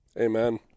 Amen